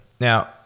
Now